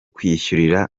kwiyishyurira